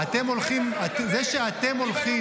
איך אתה מדבר?